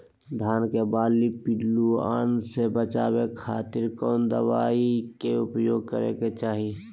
धान के बाली पिल्लूआन से बचावे खातिर कौन दवाई के उपयोग करे के चाही?